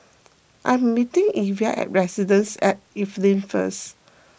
I am meeting Iva at Residences at Evelyn first